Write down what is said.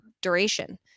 duration